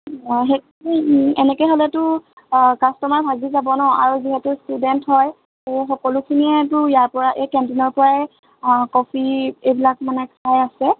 সেইখিনি এনেকৈ হ'লেতো কাষ্টমাৰ ভাগি যাব ন আৰু যিহেতু ষ্টুডেণ্ট হয় সকলোখিনিয়েতো ইয়াৰ পৰা এই কেণ্টিনৰ পৰাই কফি এইবিলাক মানে খাই আছে